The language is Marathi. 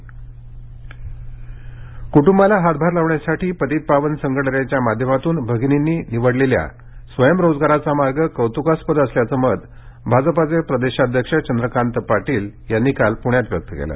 पतित पावन संघटना कुटुंबाला हातभार लावण्यासाठी पतित पावन संघटनेच्या माध्यमातून भगिनींनी निवडलेल्या स्वयं रोजगाराचा मार्ग कौतुकास्पद असल्याचं मत भाजपाचे प्रदेशाध्यक्ष चंद्रकांत पाटील यांनी काल पुण्यात व्यक्त केलं